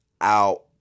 Out